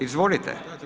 Izvolite.